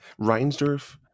Reinsdorf